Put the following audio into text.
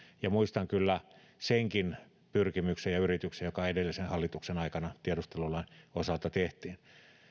ja muistan kyllä senkin pyrkimyksen ja yrityksen joka edellisen hallituksen aikana tiedustelulain osalta tehtiin